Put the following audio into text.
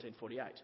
1948